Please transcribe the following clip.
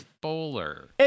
bowler